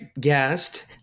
guest